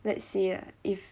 let's say lah if